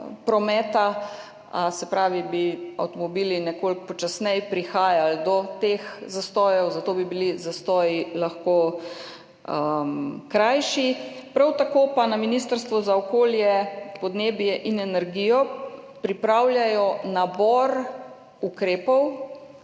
prometa. Se pravi, avtomobili bi nekoliko počasneje prihajali do teh zastojev, zato bi bili zastoji lahko krajši. Prav tako pa na Ministrstvu za okolje, podnebje in energijo pripravljajo nabor ukrepov,